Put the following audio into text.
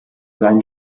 seinen